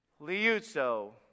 Liuzzo